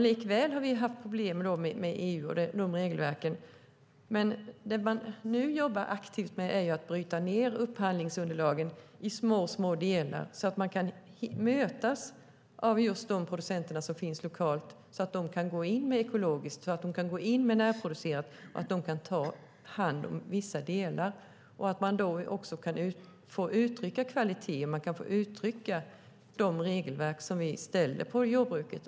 Likväl har vi haft problem med EU och de regelverken, men det man nu jobbar aktivt med är att bryta ned upphandlingsunderlagen i små delar så att de producenter som finns lokalt kan gå in med ekologiskt och närproducerat och ta hand om vissa delar och uttrycka kvalitet och leva upp till de regler som vi ställer på jordbruket.